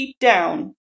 down